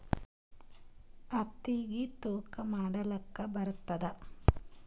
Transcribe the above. ಹತ್ತಿಗಿ ತೂಕಾ ಮಾಡಲಾಕ ಬರತ್ತಾದಾ?